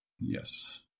Yes